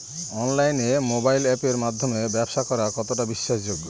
অনলাইনে মোবাইল আপের মাধ্যমে ব্যাবসা করা কতটা বিশ্বাসযোগ্য?